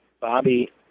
Bobby